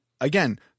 again